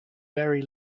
very